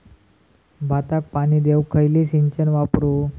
भाताक पाणी देऊक खयली सिंचन वापरू?